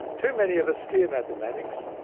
too many of us fear mathematics,